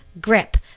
grip